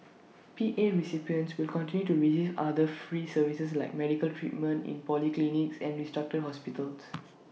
P A recipients will continue to receive other free services like medical treatment in polyclinics and restructured hospitals